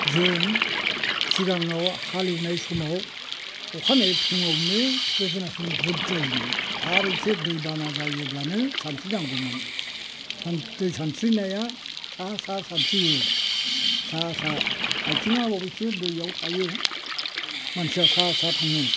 जों सिगाङाव हालेवनाय समाव अखानायै फुंआवनो गोदोनासिम ग्रोब जायोमोन आरो एसे दै बाना जायोब्लानो सानस्रिनांगौमोन दै सानस्रिनाया सा सा सानस्रियो सा सा आथिंआ अबयसे दैआव थायो मानसिया सा सा थाङो